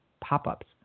pop-ups